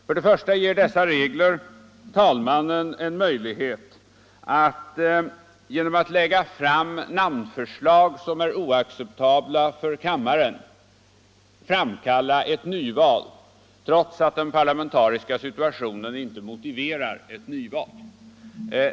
En sådan är att dessa regler ger talmannen en möjlighet att genom att lägga fram förslag som är oacceptabla för kammaren framkalla ett nyval, trots att den parlamentariska situationen inte motiverar detta.